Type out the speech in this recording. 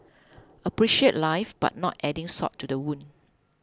appreciate life but not adding salt to the wound